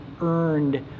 earned